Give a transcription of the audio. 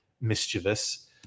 mischievous